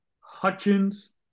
Hutchins